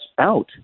out